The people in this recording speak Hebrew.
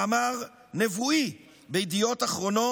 מאמר נבואי בידיעות אחרונות,